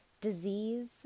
disease